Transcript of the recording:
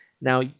Now